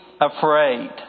afraid